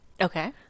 okay